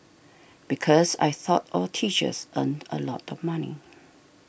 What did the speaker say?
because I thought all teachers earned a lot of money